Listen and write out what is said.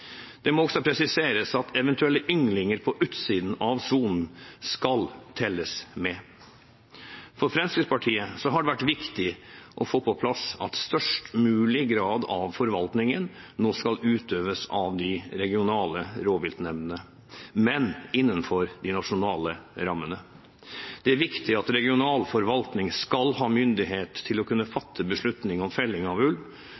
Det må også presiseres at eventuelle ynglinger på utsiden av sonen skal telles med. For Fremskrittspartiet har det vært viktig å få på plass at størst mulig grad av forvaltningen nå skal utøves av de regionale rovviltnemndene, men innenfor de nasjonale rammene. Det er viktig at regional forvaltning skal ha myndighet til å kunne fatte beslutning om felling av ulv